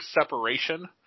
separation